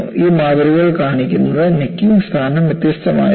ഈ മാതൃകകൾ കാണിക്കുന്നത് നെക്കിങ് സ്ഥാനം വ്യത്യസ്തമായിരിക്കും